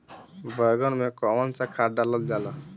बैंगन में कवन सा खाद डालल जाला?